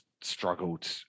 struggled